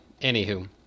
anywho